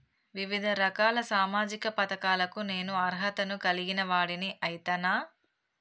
వివిధ రకాల సామాజిక పథకాలకు నేను అర్హత ను కలిగిన వాడిని అయితనా?